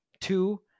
two